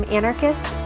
anarchist